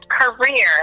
career